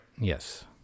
yes